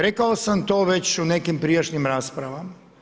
Rekao sam to već u nekim prijašnjim raspravama.